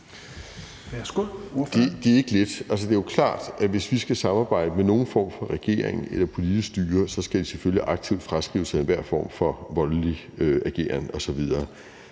Det er ikke let. Det er jo klart, at hvis vi skal samarbejde med nogen form for regering eller politisk styre, skal de selvfølgelig aktivt fraskrive sig enhver form for voldelig ageren osv.